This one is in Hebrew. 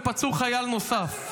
ופצעו חייל נוסף.